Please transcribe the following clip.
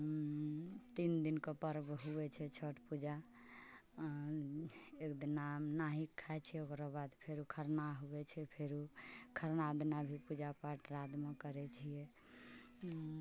तीन दिनके पर्व होइ छै छठ पूजा एक दिना नहाय खाय छै फेरो खरना होइ छै फेरो खरना बनाकऽ पूजा पाठ रातिमे करै छियै